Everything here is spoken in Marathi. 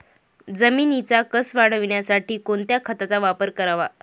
जमिनीचा कसं वाढवण्यासाठी कोणत्या खताचा वापर करावा?